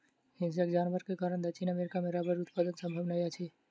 हिंसक जानवर के कारण दक्षिण अमेरिका मे रबड़ उत्पादन संभव नै अछि